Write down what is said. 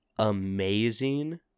amazing